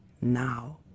now